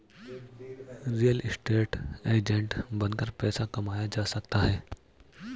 real estate agent बनकर पैसा कमाया जा सकता है